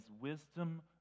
wisdom